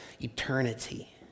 eternity